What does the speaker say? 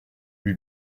lui